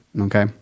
okay